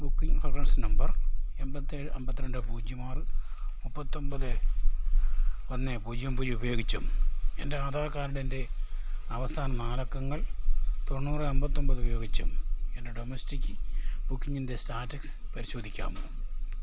booking reference number എൺപത്തിയേഴ് അമ്പത്തിരണ്ട് പൂജ്യം ആറ് മുപ്പത്തി ഒന്പത് ഒന്ന് പൂജ്യം പൂജ്യം ഉപയോഗിച്ചും എൻ്റെ ആധാർ കാർഡിൻ്റെ അവസാന നാലക്കങ്ങൾ തൊണ്ണൂറ് അമ്പത്തി ഒന്പത് ഉപയോഗിച്ചും എൻ്റെ ഡൊമസ്റ്റിക് ബുക്കിംഗിൻ്റെ സ്റ്റാറ്റസ് പരിശോധിക്കാമോ